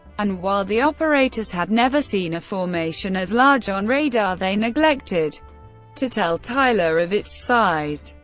and while the operators had never seen a formation as large on radar, they neglected to tell tyler of its size.